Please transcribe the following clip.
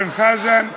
אורן חזן,